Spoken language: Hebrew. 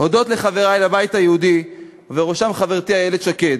הודות לחברי לבית היהודי, ובראשם חברתי איילת שקד,